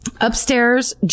Upstairs